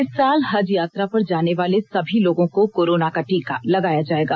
इस साल हज यात्रा पर जाने वाले सभी लोगों को कोरोना का टीका लगाया जाएगा